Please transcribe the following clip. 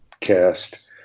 cast